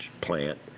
plant